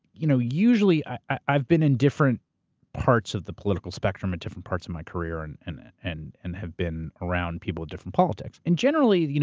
you know usually i've been in different parts of the political spectrum at different parts of my career and and and and have been around people with different politics. and generally, you know